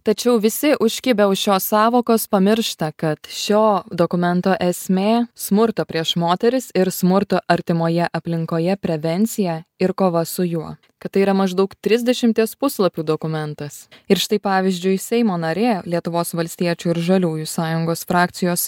tačiau visi užkibę už šios sąvokos pamiršta kad šio dokumento esmė smurto prieš moteris ir smurto artimoje aplinkoje prevencija ir kova su juo kad tai yra maždaug trisdešimties puslapių dokumentas ir štai pavyzdžiui seimo narė lietuvos valstiečių ir žaliųjų sąjungos frakcijos